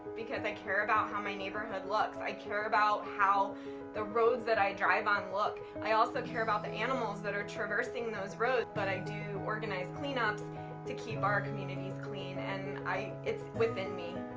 because i care about how my neighborhood looks. i care about how the roads that i drive on look. i also care about the animals that are traversing those roads but i do organize cleanups to keep our communities clean and it's within me.